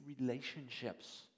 relationships